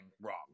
wrong